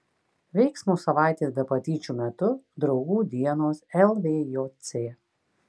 veiksmo savaitės be patyčių metu draugų dienos lvjc